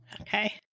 okay